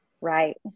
right